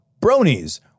bronies